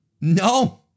no